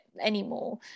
anymore